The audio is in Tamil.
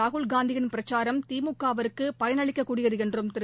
ராகுல் காந்தியின் பிரச்சாரம் திமுகவிற்கு பயனளிக்கக்கூடியது என்றும் திரு